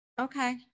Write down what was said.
Okay